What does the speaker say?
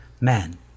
man